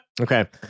Okay